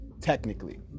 Technically